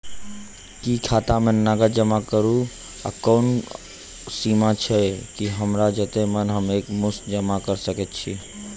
की खाता मे नगद जमा करऽ कऽ कोनो सीमा छई, की हमरा जत्ते मन हम एक मुस्त जमा कऽ सकय छी?